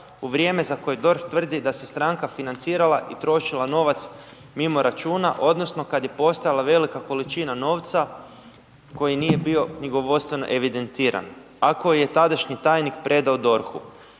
u vrijeme za koje DORH tvrdi da se stranka financirala i trošila novac mimo računa odnosno kad je postojala velika količina novca koji nije bio knjigovodstveno evidentiran, a koji je tadašnji tajnik predao DORH-u,